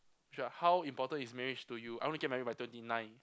sure how important is marriage to you I want to get married by twenty nine